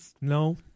No